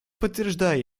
подтверждаю